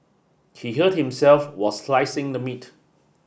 he hurt himself while slicing the meat